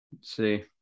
See